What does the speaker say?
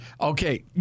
Okay